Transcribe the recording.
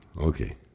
Okay